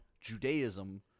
Judaism